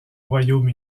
royaume